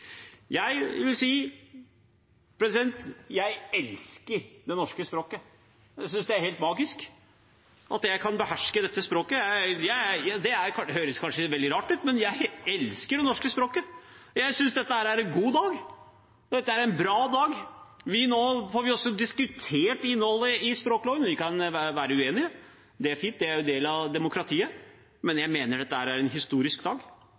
Jeg vil si at jeg elsker det norske språket. Jeg synes det er helt magisk at jeg kan beherske dette språket. Det høres kanskje veldig rart ut, men jeg elsker det norske språket. Jeg synes dette er en god dag, dette er en bra dag. Nå får vi diskutert innholdet i språkloven. Vi kan være uenige – det er fint, det er en del av demokratiet – men jeg mener at dette er en historisk dag.